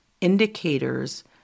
indicators